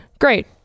great